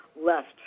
left